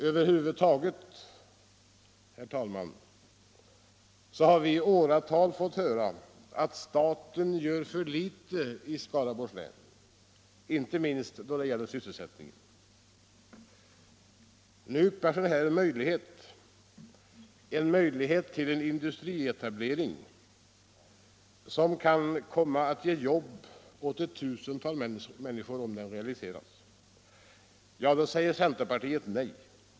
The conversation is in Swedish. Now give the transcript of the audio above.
Över huvud taget har vi i åratal fått höra att staten gjort för litet i Skaraborgs län, inte minst då det gällt sysselsättningen. Nu yppar sig här en möjlighet till industrietablering som kan komma att ge jobb till ett tusental människor om den realiseras. Då säger centerpartiet nej.